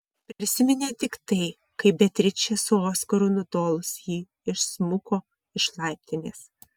prisiminė tik tai kaip beatričei su oskaru nutolus ji išsmuko iš laiptinės